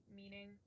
meaning